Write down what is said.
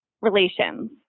relations